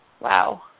Wow